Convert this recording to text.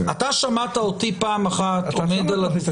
אתה שמעת אותי פעם אחת --- אתה עכשיו אומר.